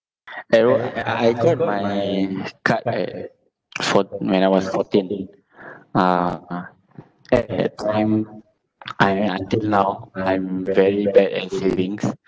I know I I got my card at fourt~ when I was fourteen ah at that time I until now I'm very bad at savings